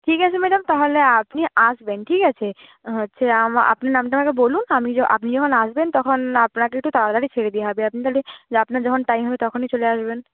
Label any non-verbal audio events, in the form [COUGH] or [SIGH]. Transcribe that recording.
ঠিক আছে ম্যাডাম তাহলে আপনি আসবেন ঠিক আছে হচ্ছে আপনার নামটা আমাকে বলুন আমি [UNINTELLIGIBLE] আপনি যখন আসবেন তখন আপনাকে একটু তাড়াতাড়ি ছেড়ে দেওয়া হবে আপনি তাহলে আপনার যখন টাইম হবে তখনই চলে আসবেন